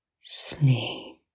sleep